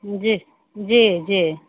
जी जी जी